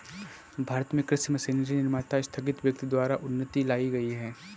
भारत में कृषि मशीनरी निर्माता स्थगित व्यक्ति द्वारा उन्नति लाई गई है